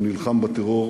הוא נלחם בטרור